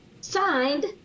Signed